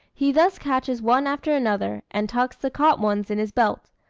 he thus catches one after another, and tucks the caught ones in his belt.